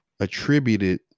attributed